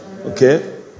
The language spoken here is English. Okay